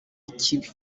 ikibi